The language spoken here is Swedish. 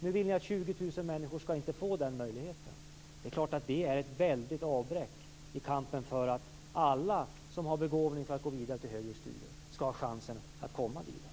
Ni vill att 20 000 människor inte skall få den möjligheten. Det är ett avbräck i kampen för att alla som har en begåvning att gå vidare till högre studier skall ha chansen att komma vidare.